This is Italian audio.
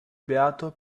beato